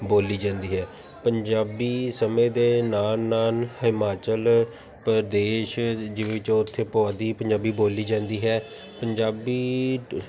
ਬੋਲੀ ਜਾਂਦੀ ਹੈ ਪੰਜਾਬੀ ਸਮੇਂ ਦੇ ਨਾਲ਼ ਨਾਲ਼ ਹਿਮਾਚਲ ਪ੍ਰਦੇਸ਼ ਜਿਵੇਂ ਚੌਥੇ ਪੁਆਧੀ ਪੰਜਾਬੀ ਬੋਲੀ ਜਾਂਦੀ ਹੈ ਪੰਜਾਬੀ